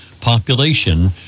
population